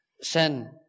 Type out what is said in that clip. sin